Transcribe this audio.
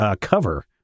cover